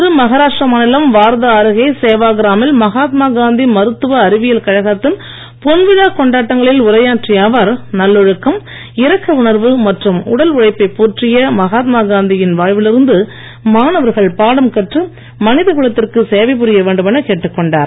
இன்று மஹாராஷ்டிரா மாநிலம் வார்தா அருகே சேவா கிராமில் மகாத்மா காந்தி மருத்துவ அறிவியல் கழகத்தின் பொன்விழா கொண்டாட்டங்களில் உரையாற்றிய அவர் நல்லொழுக்கம் இரக்க உணர்வு மற்றும் உடல் உழைப்பை போற்றிய மகாத்மா காந்தியின் வாழ்வில் இருந்து மாணவர்கள் பாடம் கற்று மனித குலத்திற்கு சேவை புரிய வேண்டும் என கேட்டுக் கொண்டார்